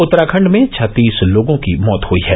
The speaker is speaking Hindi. उत्तराखण्ड में छत्तीस लोगों की मौत हई है